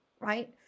right